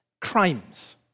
crimes